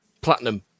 Platinum